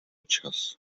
čas